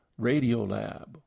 Radiolab